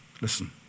Listen